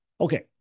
Okay